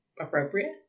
appropriate